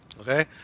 okay